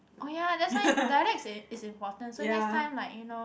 oh ya that's why dialect is is important so next time like you know